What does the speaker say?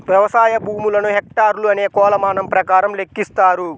వ్యవసాయ భూములను హెక్టార్లు అనే కొలమానం ప్రకారం లెక్కిస్తారు